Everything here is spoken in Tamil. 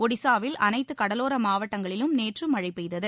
ஒடிசாவில் அனைத்து கடலோர மாவட்டங்களிலும் நேற்று மழை பெய்தது